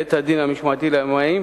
בית-הדין המשמעתי לימאים